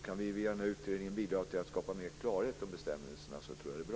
Kan vi via den här utredningen bidra till att skapa mer klarhet om bestämmelserna tror jag att det är bra.